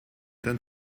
dann